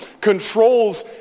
controls